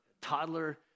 toddler